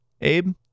Abe